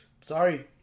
sorry